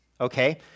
Okay